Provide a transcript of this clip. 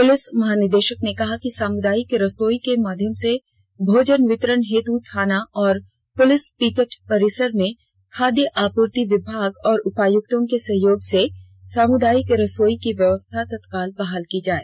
police महानिदेषक ने कहा कि सामुदायिक रसोई के माध्यम से भोजन वितरण हेतु थाना और पुलिस पिकेट परिसर में खाद्य आपूर्ति विभाग और उपायुक्तों के सहयोग से सामुदायिक रसोई की व्यवस्था तत्काल बहाल की जाए